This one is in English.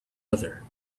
other